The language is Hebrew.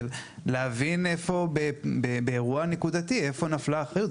כדי להבין איפה באירוע נקודתי נפלה האחריות.